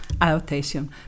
adaptation